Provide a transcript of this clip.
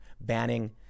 banning